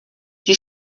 die